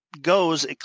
goes